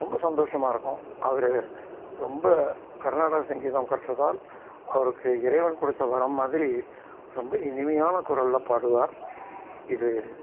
ரொம்ப சந்தோஷமாக இருக்கும் அவர் ரொம்ப கர்நாடக சங்கீதம் கற்றதால் அவருக்கு இறைவன் கொடுத்த வரம் மாதிரி ரொம்ப இனிமையான குரலில் பாடுவார் இது